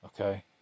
Okay